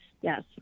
yes